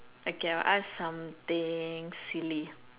okay I'll ask something silly